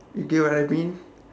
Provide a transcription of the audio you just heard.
you get what I mean